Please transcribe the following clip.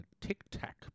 tic-tac